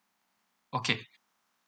okay